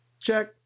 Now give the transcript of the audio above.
Check